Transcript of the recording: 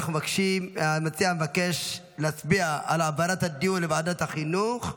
המציע מבקש להצביע על העברת הדיון לוועדת החינוך.